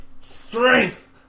Strength